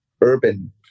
urban